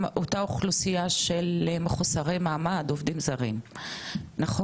אוכלוסייה של מחוסרי מעמד עובדים זרים נכון?